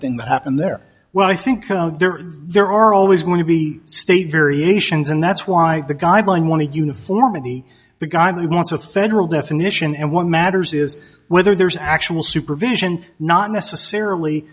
thing that happened there well i think there are there are always going to be state variations and that's why the guideline want to uniformity the guy who wants a federal definition and what matters is whether there's actual supervision not necessarily